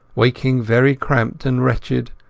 waking very cramped and wretched,